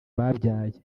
babyaye